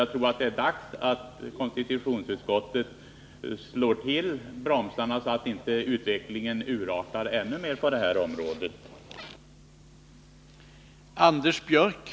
Jag tycker att det är dags att konstitutionsutskottet slår till bromsarna, så att inte utvecklingen på det här området urartar ännu mer.